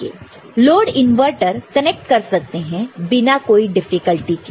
load inverter connect कर सकते हैं बिना कोई डिफिकल्टी के